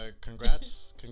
congrats